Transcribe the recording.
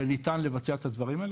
וניתן לבצע את הדברים האלה,